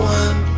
one